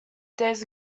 days